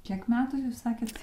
kiek metų jūs sakėt